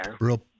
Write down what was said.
real